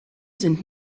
sind